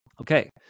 Okay